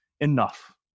Enough